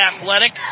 athletic